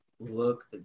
look